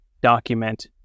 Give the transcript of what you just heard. document